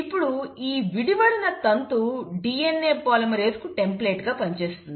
ఇప్పుడు ఈ విడివడిన తంతు DNA పాలిమరేస్ కు టెంప్లేట్ గా పనిచేస్తుంది